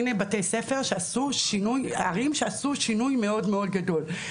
הנה בתי ספר וערים שעשו שינוי מאוד מאוד גדול,